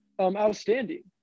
outstanding